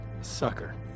sucker